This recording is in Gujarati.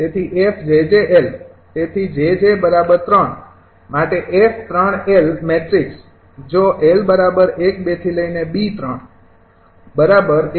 તેથી 𝑓𝑗𝑗 𝑙 તેથી 𝑗𝑗૩ માટે 𝑓૩ 𝑙 મેટ્રિક્સ જો 𝑙૧૨